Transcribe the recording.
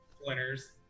Winners